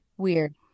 weird